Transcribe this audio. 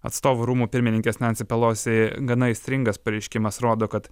atstovų rūmų pirmininkės nansi pelosi gana aistringas pareiškimas rodo kad